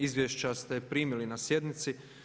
Izvješća ste primili na sjednici.